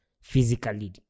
physically